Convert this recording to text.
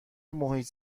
محیط